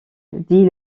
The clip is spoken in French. dit